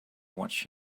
watch